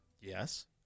Yes